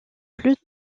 plus